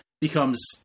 becomes